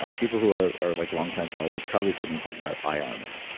um people who are are like long time followers probably probably talk about eye armor.